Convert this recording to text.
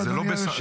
אדוני היושב-ראש,